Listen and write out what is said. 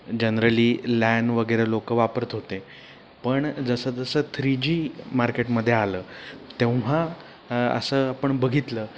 generally LAN वगैरे लोक वापरत होते पण जसं जसं थ्री जी मार्केटमध्ये आलं तेव्हा असं आपण बघितलं